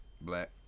black